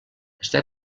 està